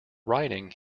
writing